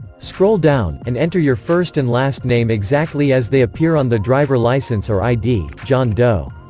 scroll down, and enter your first and last name exactly as they appear on the driver license or id john doe